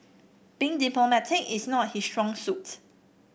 being diplomatic is not his strong suit